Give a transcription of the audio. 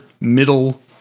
middle